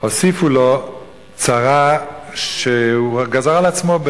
הוסיפו לו צרה שהוא גזר על עצמו,